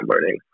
learning